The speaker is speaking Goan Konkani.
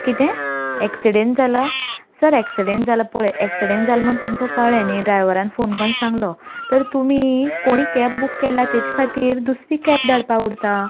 कितें एक्सिडेंट जाला सर एक्सिडेंट जाला पळय एक्सिडेंट जाला म्हूण तुमकां कळ्ळें न्ही ड्रायवरान फोन करून सांगलो तर तुमी कोणें कॅब बूक केला ताचे खातीर दुसरी कॅब धाडपा उरता